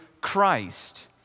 Christ